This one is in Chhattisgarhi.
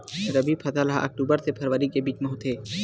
रबी फसल हा अक्टूबर से फ़रवरी के बिच में होथे